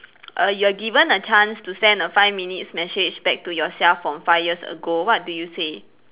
err you are given a chance to send a five minutes message back to yourself from five years ago what do you say